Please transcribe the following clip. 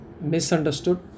misunderstood